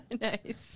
Nice